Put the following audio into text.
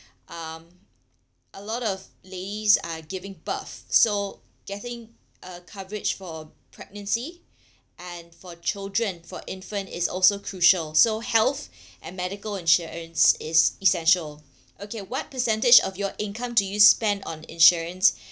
um a lot of ladies are giving birth so getting a coverage for pregnancy and for children for infant is also crucial so health and medical insurance is essential okay what percentage of your income do you spend on insurance